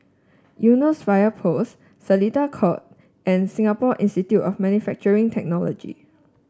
Eunos Fire Post Seletar Court and Singapore Institute of Manufacturing Technology